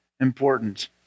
important